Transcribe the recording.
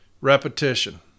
repetition